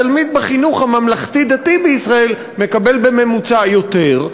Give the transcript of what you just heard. התלמיד בחינוך הממלכתי-דתי מקבל בממוצע יותר,